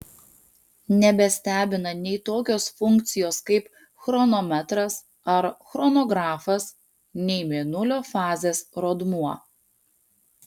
nebestebina nei tokios funkcijos kaip chronometras ar chronografas nei mėnulio fazės rodmuo